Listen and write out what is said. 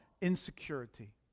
insecurity